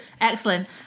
Excellent